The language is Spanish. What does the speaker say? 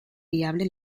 viable